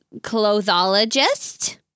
Clothologist